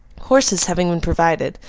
horses having been provided,